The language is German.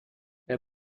wer